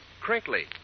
crinkly